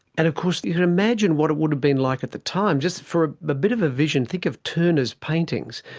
and of course you could imagine what it would have been like at the time, just for a bit of vision, think of turner's paintings,